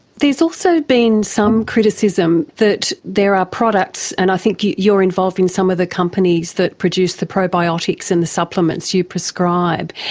also been some criticism that there are products, and i think you you are involved in some of the companies that produce the probiotics and the supplements you prescribe,